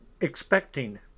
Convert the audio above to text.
expecting